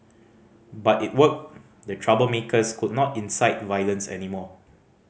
but it worked the troublemakers could not incite violence anymore